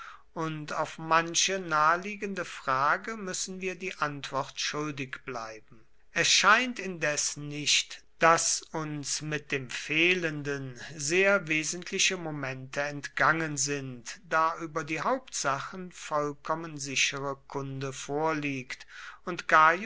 und auf manche naheliegende frage müssen wir die antwort schuldig bleiben es scheint indes nicht daß uns mit dem fehlenden sehr wesentliche momente entgangen sind da über die hauptsachen vollkommen sichere kunde vorliegt und